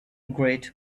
great